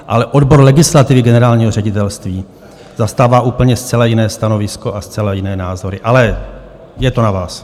Ale odbor legislativy generálního ředitelství zastává úplně zcela jiné stanovisko a zcela jiné názory, ale je to na vás.